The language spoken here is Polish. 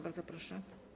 Bardzo proszę.